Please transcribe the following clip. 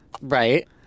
Right